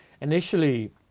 initially